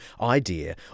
idea